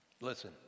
Listen